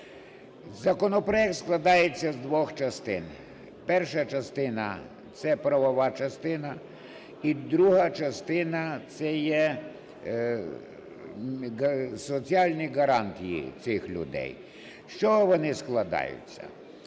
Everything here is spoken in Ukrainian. Законопроект складається з двох частин. Перша частина – це правова частина. І друга частина – це є соціальні гарантії цих людей. З чого вони складаються?